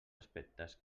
aspectes